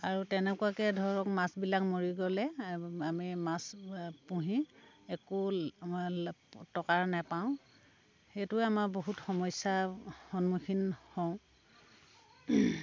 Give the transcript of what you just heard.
আৰু তেনেকুৱাকৈ ধৰক মাছবিলাক মৰি গ'লে আমি মাছ পুহি একো আমাৰ টকাৰ নেপাওঁ সেইটোৱে আমাৰ বহুত সমস্যাৰ সন্মুখীন হওঁ